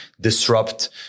disrupt